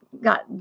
got